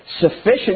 sufficient